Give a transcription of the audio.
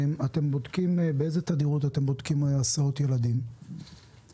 באיזו תדירות אתם בודקים הסעות ילדים,